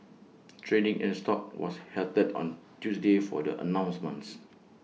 trading in stock was halted on Tuesday for the announcements